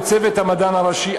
לצוות המדען הראשי,